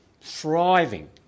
thriving